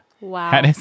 wow